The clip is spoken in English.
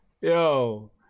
Yo